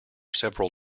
several